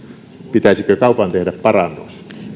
pitäisikö kaupan tehdä parannus